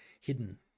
hidden